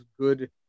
good